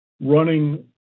running –